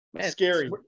Scary